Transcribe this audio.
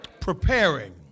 preparing